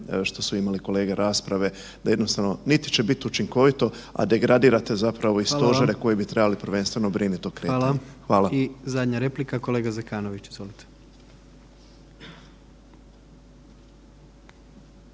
što su imali kolege rasprave da jednostavno niti će biti učinkovito, a degradirate zapravo i stožere koji …/Upadica: Hvala vam./… bi trebali prvenstveno brinuti o kretanju. **Jandroković, Gordan (HDZ)** I zadnja replika, kolege Zekanović, izvolite.